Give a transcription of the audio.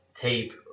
tape